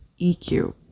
EQ